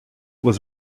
was